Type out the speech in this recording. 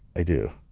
i do.